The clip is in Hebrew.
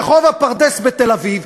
רחוב הפרדס בתל-אביב,